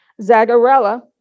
Zagarella